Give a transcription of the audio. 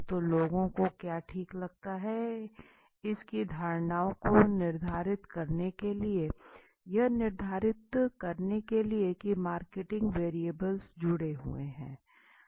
तो लोगों को क्या ठीक लगता है इसकी धारणाओं को निर्धारित करने के लिए यह निर्धारित करने के लिए कि मार्केटिंग वेरिएबल्स जुड़े हुए हैं